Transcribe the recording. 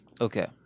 Okay